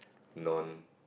non